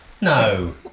no